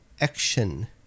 action